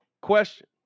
question